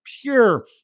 pure